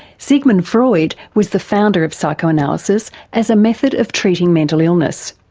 sigmund freud was the founder of psychoanalysis as a method of treating mental illness.